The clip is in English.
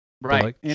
Right